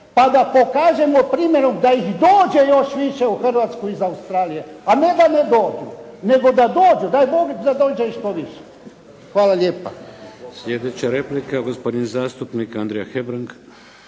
pa da pokažemo primjerom da ih dođe još više u Hrvatsku iz Australije, a ne da ne dođe, nego da dođu, da dođe ih što više. Hvala lijepa. **Šeks, Vladimir (HDZ)** Sljedeća replika, gospodin zastupnik Andrija Hebrang.